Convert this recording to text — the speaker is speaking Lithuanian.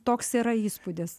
toks yra įspūdis